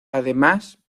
además